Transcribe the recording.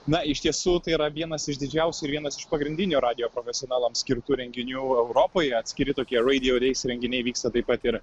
na iš tiesų tai yra vienas iš didžiausių ir vienas iš pagrindinių radijo profesionalams skirtų renginių europoje atskiri tokie reidijo reis renginiai vyksta taip pat ir